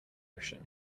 ocean